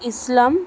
ইসলাম